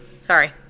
Sorry